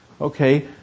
Okay